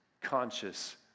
conscious